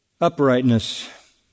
uprightness